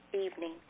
evening